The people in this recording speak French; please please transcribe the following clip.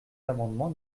l’amendement